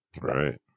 Right